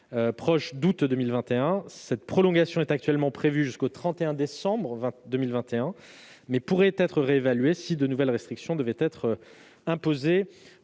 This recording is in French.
mois d'août 2021. Cette prolongation est actuellement prévue jusqu'au 31 décembre 2021, mais pourrait être réévaluée si de nouvelles restrictions devaient être imposées